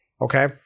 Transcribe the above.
okay